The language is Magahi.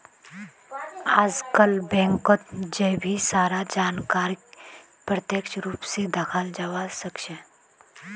आजकल बैंकत जय भी सारा जानकारीक प्रत्यक्ष रूप से दखाल जवा सक्छे